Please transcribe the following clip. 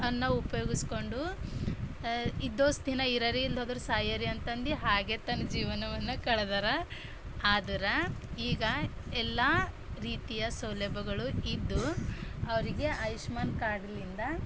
ಅನ್ನು ಉಪಯೋಗಿಸಿಕೊಂಡು ಇದ್ದಷ್ಟು ದಿನ ಇರೀ ಇಲ್ದೇ ಹೋದ್ರೆ ಸಾಯ್ರಿ ಅಂತಂದು ಹಾಗೆ ತನ್ನ ಜೀವನವನ್ನು ಕಳ್ದಾರ ಆದರೆ ಈಗ ಎಲ್ಲ ರೀತಿಯ ಸೌಲಭ್ಯಗಳು ಇದ್ದು ಅವರಿಗೆ ಆಯುಷ್ಮಾನ್ ಕಾರ್ಡ್ಲಿಂದ